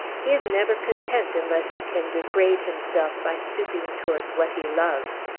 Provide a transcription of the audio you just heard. he is never content unless he can degrade himself by stooping towards what he loves.